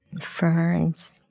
ferns